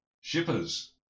Shippers